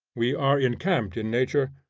we are encamped in nature,